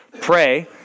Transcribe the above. pray